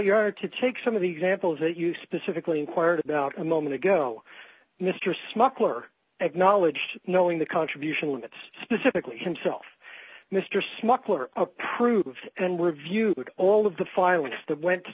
you are to take some of the examples that you specifically inquired about a moment ago mr smuggler acknowledged knowing the contribution limits specifically himself mr smuggler approved and were viewed all of the filings that went